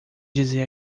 dizer